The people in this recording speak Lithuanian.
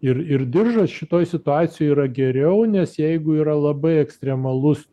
ir ir diržas šitoj situacijoj yra geriau nes jeigu yra labai ekstremalus